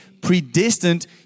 predestined